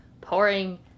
pouring